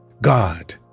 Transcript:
God